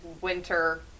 winter